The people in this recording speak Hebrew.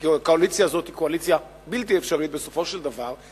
כי הקואליציה הזאת היא קואליציה בלתי אפשרית בסופו של דבר,